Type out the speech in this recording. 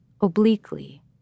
obliquely